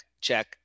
check